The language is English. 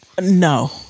No